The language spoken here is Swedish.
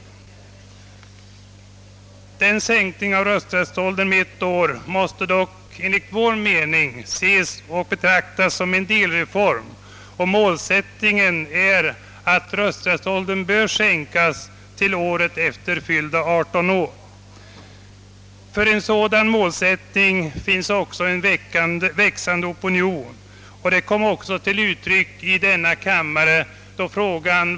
Denna sänkning av rösträttsåldern med ett år måste dock enligt vår mening betraktas som en delreform; målsättningen måste vara att rösträttsåldern bör sänkas så, att rösträtt tillkommer envar som senast föregående år har fyllt 18 år. För en sådan målsättning finns också en växande opinion.